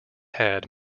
had